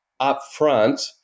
upfront